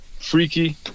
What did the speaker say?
freaky